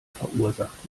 verursacht